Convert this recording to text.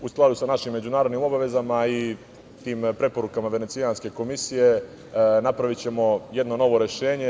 U skladu sa našim međunarodnim obavezama i tim preporukama Venecijanske komisije, napravićemo jedno novo rešenje.